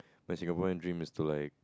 my Singapore and dream is to like